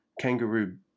kangaroo